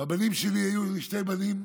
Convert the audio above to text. והבנים שלי, שני הבנים,